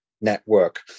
network